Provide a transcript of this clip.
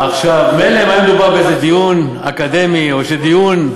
מילא אם היה מדובר באיזה דיון אקדמי או בדיון,